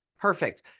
perfect